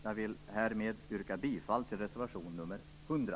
Jag yrkar härmed bifall till reservation nr 100.